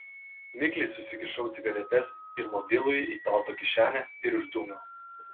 mikliai susikišau cigaretes ir mobilųjį į palto kišenę ir išdūmiau